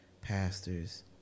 Pastors